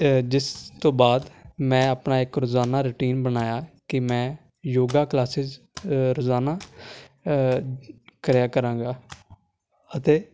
ਅ ਜਿਸ ਤੋਂ ਬਾਅਦ ਮੈਂ ਆਪਣਾ ਇੱਕ ਰੋਜ਼ਾਨਾ ਰੂਟੀਨ ਬਣਾਇਆ ਕਿ ਮੈਂ ਯੋਗਾ ਕਲਾਸਿਸ ਅ ਰੋਜ਼ਾਨਾ ਕਰਿਆ ਕਰਾਂਗਾ ਅਤੇ